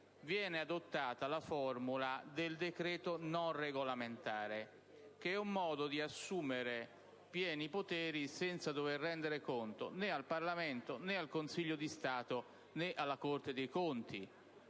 viene adottata la formula del decreto non regolamentare che è un modo di assumere pieni poteri senza dover rendere conto né al Parlamento né al Consiglio di Stato né alla Corte dei conti,